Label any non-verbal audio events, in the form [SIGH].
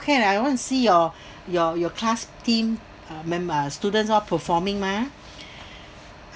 can I want to see your [BREATH] your your class team uh members students all performing mah